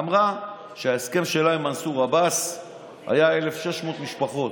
אמרה שההסכם שלה עם מנסור עבאס היה 1,600 משפחות,